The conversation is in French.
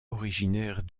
originaires